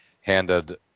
handed